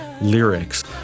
lyrics